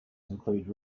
include